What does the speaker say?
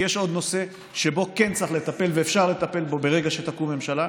כי יש עוד נושא שבו כן צריך לטפל ואפשר לטפל בו ברגע שתקום ממשלה,